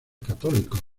católicos